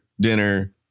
dinner